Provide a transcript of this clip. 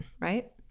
right